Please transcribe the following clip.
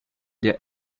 their